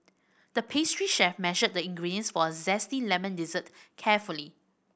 the pastry chef measured the ingredients for a zesty lemon dessert carefully